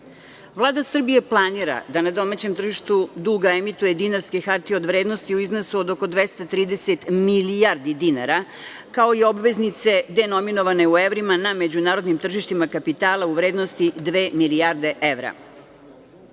Srbija planira da na domaćem tržištu duga emituje dinarske hartije od vrednosti u iznosu od oko 230 milijardi dinara, kao i obveznice denominovane u evrima na međunarodnim tržištima kapitala u vrednosti dve milijarde evra. Vlada